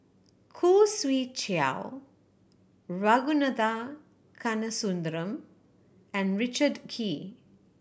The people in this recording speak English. Khoo Swee Chiow Ragunathar Kanagasuntheram and Richard Kee